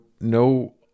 no